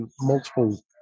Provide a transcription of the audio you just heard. multiple